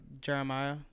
Jeremiah